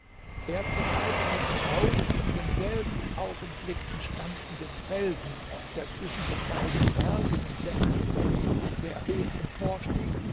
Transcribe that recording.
er zerteilte diesen rauch und in demselben augenblick entstand in dem felsen der zwischen den beiden bergen in senkrechter linie sehr hoch emporstieg